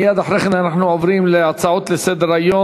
מייד אחרי כן אנחנו עוברים להצעות לסדר-היום.